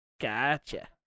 Gotcha